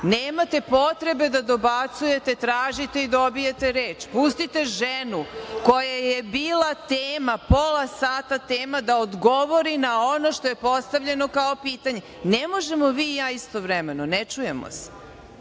potrebe da dobacujete. Tražite i dobijete reč. Pustite ženu koja je bila tema pola sata da odgovori na ono što je postavljeno kao pitanje. Ne možemo vi i ja istovremeno. Ne čujemo